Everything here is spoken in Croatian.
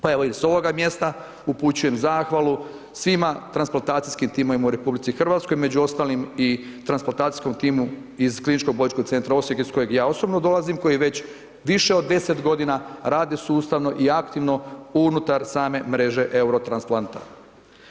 Pa evo i s ovoga mjesta upućujem zahvalu svima transplantacijskim timovima u RH, među ostalim transplantacijskom timu iz Kliničkog bolničkog centra Osijek, iz kojeg ja osobno dolazim, koji je već više od 10 g. rade sustavno i aktivno unutar same mreže eurotransplatant.